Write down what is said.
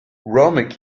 roaming